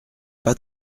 pas